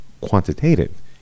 quantitative